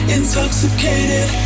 intoxicated